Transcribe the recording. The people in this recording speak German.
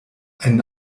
ein